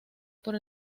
por